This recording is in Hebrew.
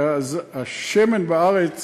כי השמן בארץ